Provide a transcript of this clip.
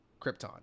Krypton